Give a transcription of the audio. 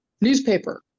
newspaper